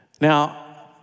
Now